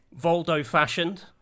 Voldo-fashioned